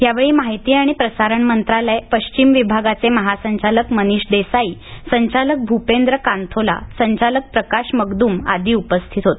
यावेळी माहिती आणि प्रसारण मंत्रालय पश्चिम विभागाचे महासंचालक मनीष देसाई संचालक भूपेंद्र कांथोला संचालक प्रकाश मकदुम आदी उपस्थित होते